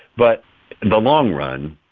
but in the long run,